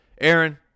Aaron